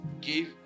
give